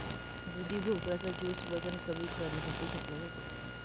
दुधी भोपळा चा ज्युस वजन कमी करण्यासाठी घेतला जातो